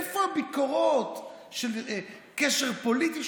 איפה הביקורות על קשר פוליטי?